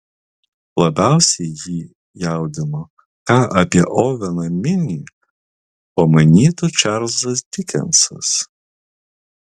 labiausiai jį jaudino ką apie oveną minį pamanytų čarlzas dikensas